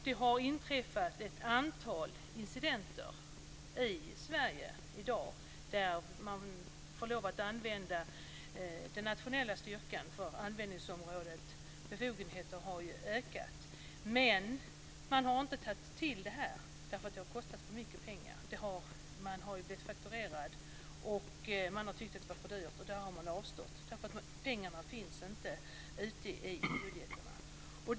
Det har inträffat ett antal incidenter i Sverige där man har haft lov att använda Nationella insatsstyrkan. Befogenheten har ökat i omfattning. Men man har inte tagit till styrkan därför att den har kostat för mycket. Man har blivit fakturerad, och man har tyckt att det har varit för dyrt. Därför har man avstått. Pengarna finns inte i budgetarna.